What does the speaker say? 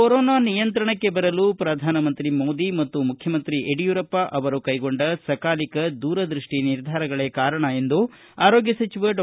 corona ನಿಯಂತ್ರಣಕ್ಕೆ ಬರಲು ಪ್ರಧಾನಿ ನರೇಂದ್ರ ಮೋದಿ ಮತ್ತು ಮುಖ್ಯಮಂತ್ರಿ ಯಡಿಯೂರಪ್ಪ ಅವರು ಕೈಗೊಂಡ ಸಕಾಲಿಕ ದೂರದೃಷ್ಟಿ ನಿರ್ಧಾರಗಳೇ ಕಾರಣ ಎಂದು ಆರೋಗ್ಯ ಸಚಿವ ಡಾ